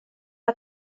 för